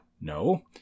no